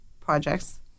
projects